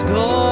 go